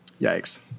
Yikes